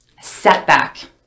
Setback